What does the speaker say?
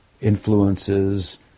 influences